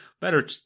better